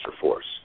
force